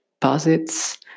posits